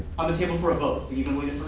on the table for a vote. are